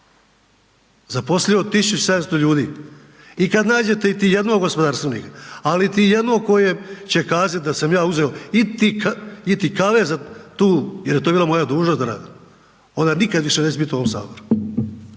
Zaposlio 1700 ljudi i kad nađete iti jednog gospodarstvenika, ali iti jednog koji će kazati da sam ja uzeo iti kave za tu, jer je to bila moja dužnost da radim. Onda nikad više neću biti u ovom Saboru.